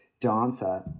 dancer